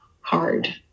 hard